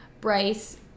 Bryce